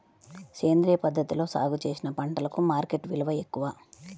సేంద్రియ పద్ధతిలో సాగు చేసిన పంటలకు మార్కెట్ విలువ ఎక్కువ